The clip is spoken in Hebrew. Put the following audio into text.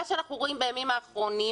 מה שאנחנו רואים בימים האחרונים